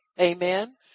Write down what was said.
Amen